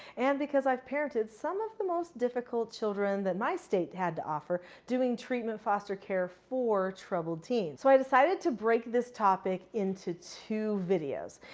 and because i've parented some of the most difficult children that my state had to offer doing treatment foster care for troubled teens. so, i decided to break this topic into two videos.